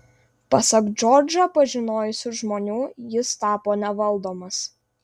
pasak džordžą pažinojusių žmonių jis tapo nevaldomas